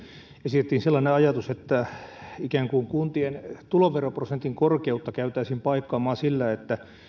esitettiin sellainen ajatus että ikään kuin kuntien tuloveroprosentin korkeutta käytäisiin paikkaamaan sillä että